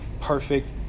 perfect